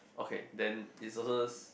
okay then it's also